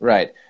Right